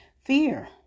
fear